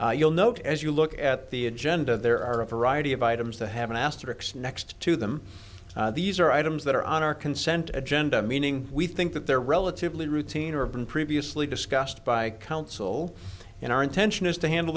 you'll note as you look at the agenda there are a variety of items to have an asterix next to them these are items that are on our consent agenda meaning we think that they're relatively routine or been previously discussed by council in our intention is to handle